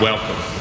Welcome